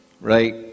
right